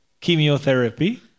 chemotherapy